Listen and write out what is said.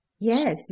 Yes